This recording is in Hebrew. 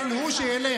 כן, הוא, שילך.